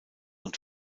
und